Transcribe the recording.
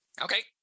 Okay